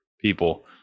people